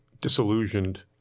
disillusioned